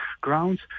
grounds